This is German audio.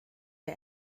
der